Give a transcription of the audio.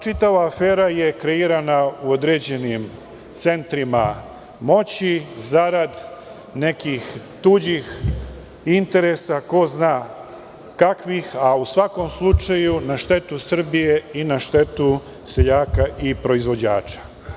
Čitava afera je kreirana u određenim centrima moći, zarad nekih tuđih interesa, ko zna kakvih, a u svakom slučaju, na štetu Srbije i na štetu seljaka i proizvođača.